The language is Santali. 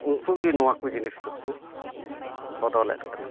ᱩᱱᱠᱩ ᱜᱮ ᱱᱚᱣᱟ ᱠᱚ ᱡᱤᱱᱤᱥ ᱫᱚᱠᱚ ᱵᱚᱫᱚᱞᱮᱫ ᱠᱟᱱᱟ